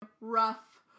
rough